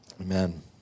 Amen